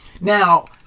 Now